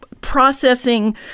processing